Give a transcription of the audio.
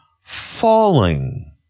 falling